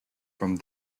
from